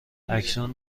اکنون